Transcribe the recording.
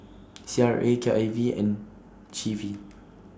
C R A K I V and G V